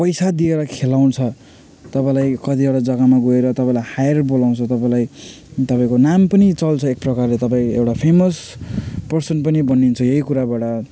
पैसा दिएर खेलाउँछ तपाईँलाई कतिवटा जगामा गएर तपाईँलाई हायर बोलाउँछ तपाईँलाई तपाईँको नाम पनि चल्छ एक प्रकारले तपाईँ एउटा फेमस पर्सन पनि बनिन्छ यही कुराबाट